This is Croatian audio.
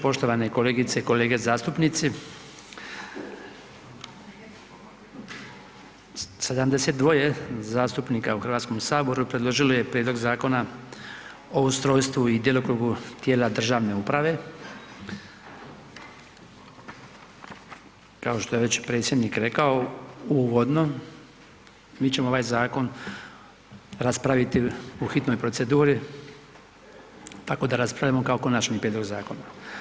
Poštovane kolegice i kolege zastupnici, 72 zastupnika u HS predložilo je Prijedlog zakona o ustrojstvu i djelokrugu tijela državne uprave, kao što je već predsjednik rekao uvodno, mi ćemo ovaj zakon raspraviti u hitnoj proceduri, tako da raspravljamo kao konačni prijedlog zakona.